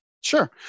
Sure